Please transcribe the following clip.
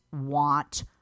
want